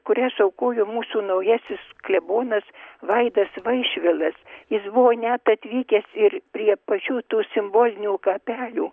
kurias aukojo mūsų naujasis klebonas vaidas vaišvilas jis buvo net atvykęs ir prie pačių tų simbolinių kapelių